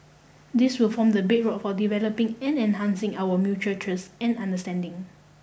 this will form the bedrock for developing and enhancing our mutual trust and understanding